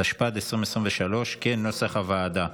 התשפ"ד 2023, כנוסח הוועדה.